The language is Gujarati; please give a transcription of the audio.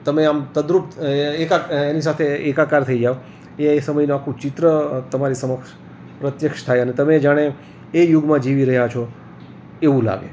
તમે આમ તદરૂપ એની સાથે એકાકાર થઈ જાઓ એ સમયનું આખું ચિત્ર તમારી સમક્ષ પ્રત્યક્ષ થાય અને તમે જાણે એ યુગમાં જીવી રહ્યા છો એવું લાગે